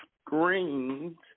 screens